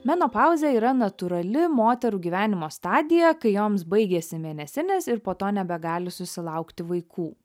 menopauzė yra natūrali moterų gyvenimo stadija kai joms baigiasi mėnesinės ir po to nebegali susilaukti vaikų